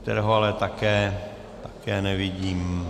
Kterého ale také nevidím.